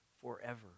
forever